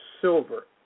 Silver